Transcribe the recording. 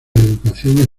educación